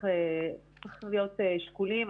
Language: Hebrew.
צריך להיות שקולים.